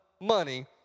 money